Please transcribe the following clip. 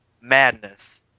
madness